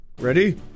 Ready